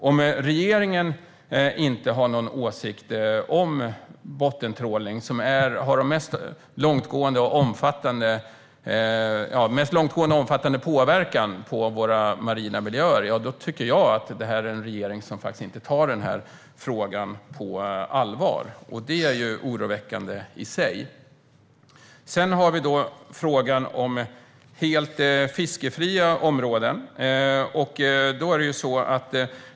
Om regeringen inte har någon åsikt om bottentrålning, som har den mest långtgående och omfattande påverkan på marina miljöer, då tycker jag att regeringen inte tar den här frågan på allvar, och det är oroväckande i sig. Sedan vill jag ta upp frågan om helt fiskefria områden.